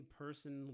person